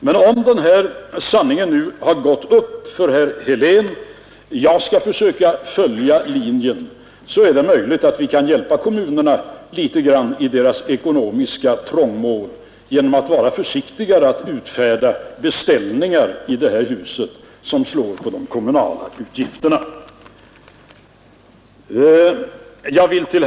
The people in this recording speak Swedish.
Men om den här sanningen nu har gått upp för herr Helén så är det möjligt att vi kan hjälpa kommunerna litet i deras ekonomiska trångmål genom att vara försiktigare att utfärda beställningar i det här huset som slår på de kommunala utgifterna. Jag skall försöka följa den linjen.